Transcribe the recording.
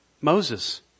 Moses